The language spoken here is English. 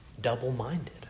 double-minded